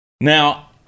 Now